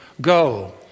Go